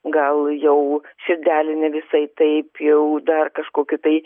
gal jau širdelė ne visai taip jau dar kažko tai